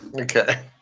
Okay